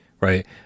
right